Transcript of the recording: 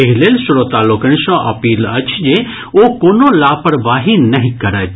एहि लेल श्रोता लोकनि सँ अपील अछि जे ओ कोनो लापरवाही नहि करथि